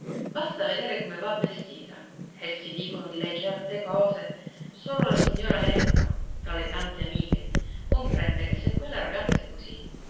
basta vedere come va vestita e si dicono di lei certe cose solo la signora léuca tra le tante amiche comprende che se quella ragazza è così